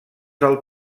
del